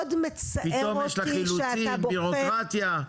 פתאום יש לך אילוצים, בירוקרטיה?